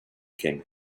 king